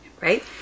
right